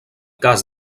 cas